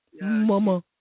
Mama